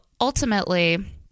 ultimately